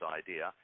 idea